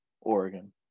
Oregon